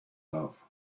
love